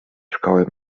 szkoły